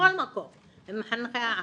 בכל מקום הם מחנכי העם.